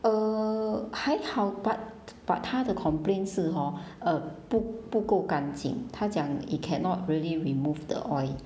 err 还好 but but 她的 complain 是 hor uh 不不够干净她讲 it cannot really remove the oil